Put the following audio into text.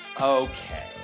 Okay